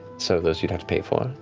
so those you'd have to pay for,